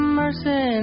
mercy